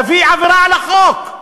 תביא עבירה על החוק.